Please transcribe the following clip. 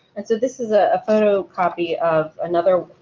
and so this is a photocopy of another